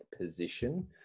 Position